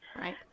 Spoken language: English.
Right